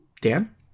Dan